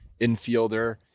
infielder